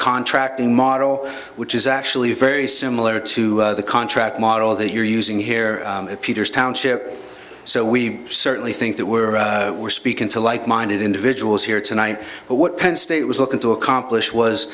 contracting model which is actually very similar to the contract model that you're using here at peter's township so we certainly think that were we're speaking to like minded individuals here tonight but what penn state was looking to accomplish was